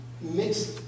mixed